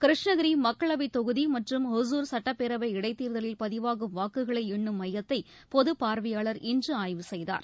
கிருஷ்ணகிரி மக்களவை தொகுதி மற்றம் ஒசூர் சுட்டப்பேரவை இடைத்தேர்தலில் பதிவாகும் வாக்குகளை எண்ணும் மையத்ததை பொது பார்வையாளர் இன்று ஆய்வு செய்தார்